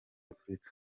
afurika